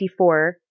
54